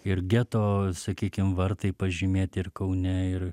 ir geto sakykim vartai pažymėti ir kaune ir